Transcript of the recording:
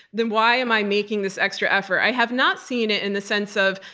then why am i making this extra effort? i have not seen it in the sense of,